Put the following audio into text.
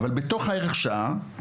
בתוך הערך שעה,